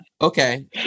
okay